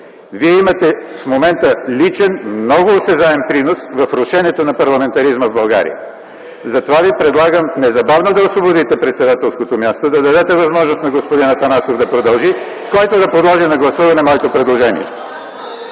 Вие имате личен, много осезаем принос в рушенето на парламентаризма в България. Затова Ви предлагам незабавно да освободите председателското място, да дадете възможност на господин Атанасов да продължи, който да подложи на гласуване моето предложение.